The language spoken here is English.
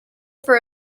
for